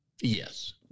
Yes